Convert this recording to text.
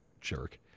Jerk